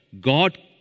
God